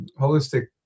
holistic